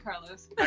Carlos